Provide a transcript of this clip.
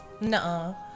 no